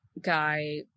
guy